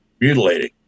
mutilating